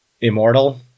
immortal